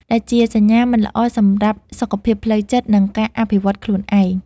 ដែលជាសញ្ញាមិនល្អសម្រាប់សុខភាពផ្លូវចិត្ត និងការអភិវឌ្ឍខ្លួនឯង។